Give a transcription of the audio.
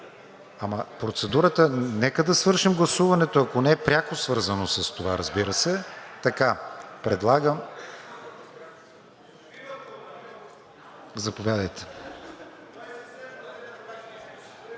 Ама процедурата нека да свършим гласуването, ако не е пряко, свързано с това, разбира се. Заповядайте.